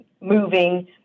moving